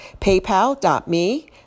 PayPal.me